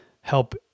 help